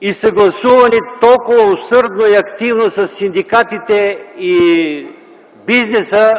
и гласувани толкова усърдно и активно със синдикатите и бизнеса